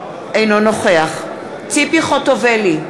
אינו נוכח ציפי חוטובלי,